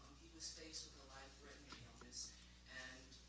he was faced with a life-threatening illness and,